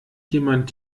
jemand